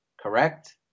correct